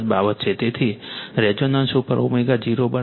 તેથી રેઝોનન્સ ઉપર ω0 1√L C જે જાણે છે